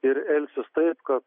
ir elgsis taip kad